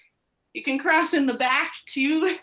you can cross in the back, too.